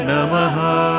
Namaha